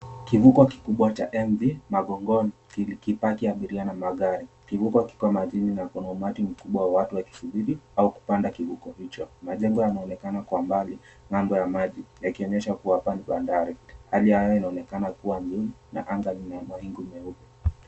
Kivuko kikubwa cha MV Mavongoni kikipaki abiria na magari. Kivuko kiko majini na kuna umati mkubwa wa watu wakisubiri au kupanda kivuko hicho. Majengo yameonekana kwa mbali kando ya maji yakionyesha kuwa hapa ni bandari. Hali anga yanaonekana kuwa mzuri na anga ni ya mawingu nyeupe.